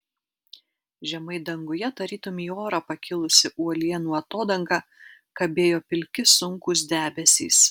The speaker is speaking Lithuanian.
žemai danguje tarytum į orą pakilusi uolienų atodanga kabėjo pilki sunkūs debesys